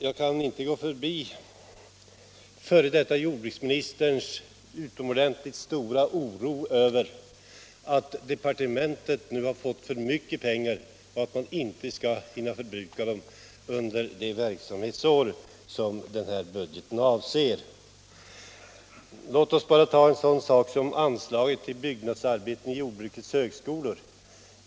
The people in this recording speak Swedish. Jag kan inte gå förbi f. d. jordbruksministerns utomordentligt stora oro över att departementet nu har fått för mycket pengar och över att man inte skall hinna förbruka dem under det verksamhetsår som denna budget avser. Låt oss som exempel ta anslaget Byggnadsarbeten vid jordbrukets högskolor m.m.